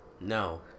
No